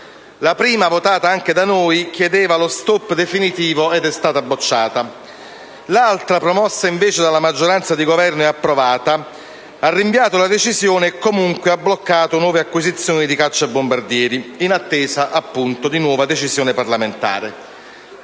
La prima, votata anche dal nostro Gruppo, chiedeva lo *stop* definitivo ed è stata bocciata; l'altra, promossa invece dalla maggioranza di Governo e approvata, ha rinviato la decisione e comunque ha bloccato nuove acquisizioni di cacciabombardieri, in attesa di una nuova decisione parlamentare.